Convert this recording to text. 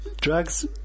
drugs